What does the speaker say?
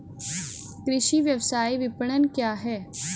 कृषि व्यवसाय विपणन क्या है?